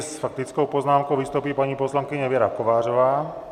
S faktickou poznámkou vystoupí paní poslankyně Věra Kovářová.